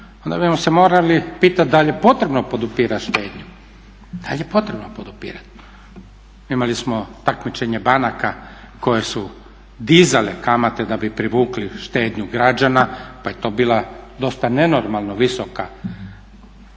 Onda bismo se morali pitat da l je potrebno podupirat štednju, da l je potrebno podupirat. Imali smo takmičenje banka koje su dizale kamate da bi privukli štednju građana pa je to bila dosta nenormalno visoka cijena